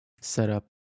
setup